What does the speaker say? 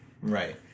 right